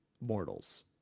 mortals